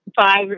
five